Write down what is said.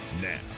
Now